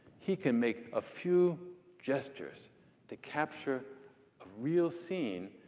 he can make a few gestures to capture a real scene,